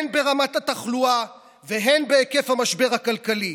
הן ברמת התחלואה והן בהיקף המשבר הכלכלי.